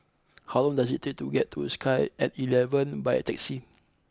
how long does it take to get to Sky at eleven by taxi